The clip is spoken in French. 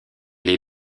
les